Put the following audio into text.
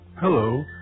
Hello